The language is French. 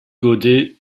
godet